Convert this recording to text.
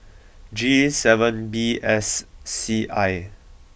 G seven B S C I